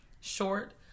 short